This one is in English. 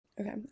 Okay